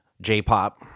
J-pop